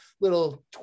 little